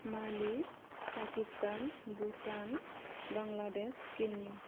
Mali Pakistan Bhutan Bangladesh Kenya